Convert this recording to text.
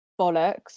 bollocks